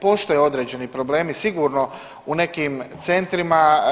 Postoje određeni problemi sigurno u nekim centrima.